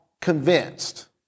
convinced